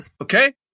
Okay